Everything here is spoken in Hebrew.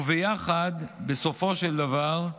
וביחד, בסופו של דבר,